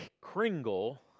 Kringle